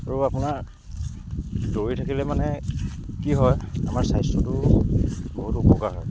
আৰু আপোনাৰ দৌৰি থাকিলে মানে কি হয় আমাৰ স্বাস্থ্যটো বহুত উপকাৰ হয়